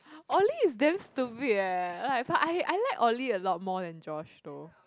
Oly is damn stupid eh like but I I like Oly a lot more than George though